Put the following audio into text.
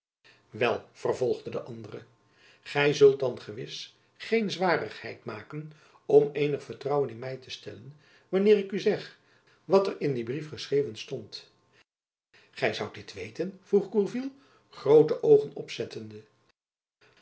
wel vervolgde de andere gy zult dan gewis geen zwarigheid maken om eenig vertrouwen in my te stellen wanneer ik u zeg wat er in dien brief geschreven stond gy zoudt dit weten vroeg gourville groote oogen opzettende